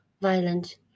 violent